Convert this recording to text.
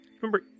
remember